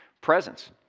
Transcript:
presence